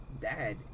dad